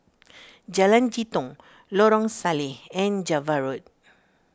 Jalan Jitong Lorong Salleh and Java Road